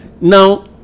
Now